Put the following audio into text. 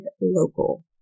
Local